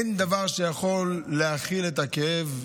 אין דבר שיכול להכיל את הכאב,